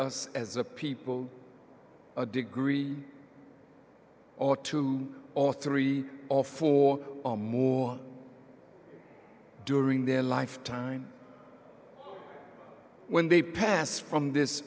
us as a people a degree or two or three or four or more during their lifetime when they pass from this